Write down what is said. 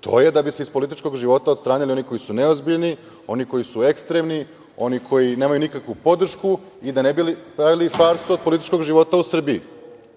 To je da bi se iz političkog života odstranili oni koji su neozbiljni, oni koji su ekstremni, oni koji nemaju nikakvu podršku i da ne bi pravili farsu od političkog života u Srbiji